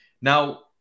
Now